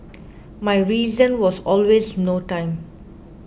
my reason was always no time